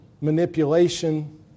manipulation